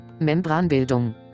Membranbildung